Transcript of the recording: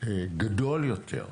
גדול יותר,